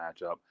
matchup